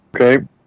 Okay